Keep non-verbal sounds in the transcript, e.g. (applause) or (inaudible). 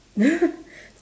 (laughs)